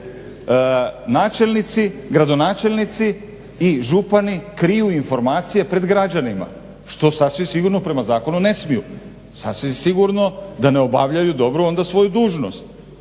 načelnici, gradonačelnici i župani kriju informacije pred građanima što sasvim sigurno prema zakonu ne smiju, sasvim sigurno da ne obavljaju dobro onda svoju dužnost.